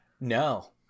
no